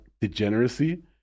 degeneracy